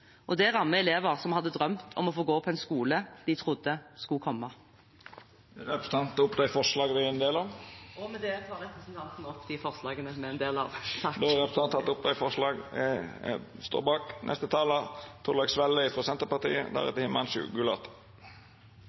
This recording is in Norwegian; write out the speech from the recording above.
Det rammer elever som hadde drømt om å få gå på en skole de trodde skulle komme. Med det tar jeg opp det forslaget Høyre er en del av. Representanten Margret Hagerup har teke tatt opp